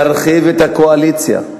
תרחיב את הקואליציה,